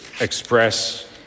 express